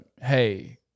hey